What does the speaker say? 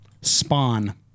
Spawn